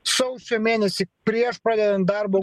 sausio mėnesį prieš pradedant darbą